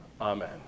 Amen